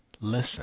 listen